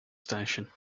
station